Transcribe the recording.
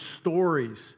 stories